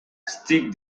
stick